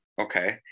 okay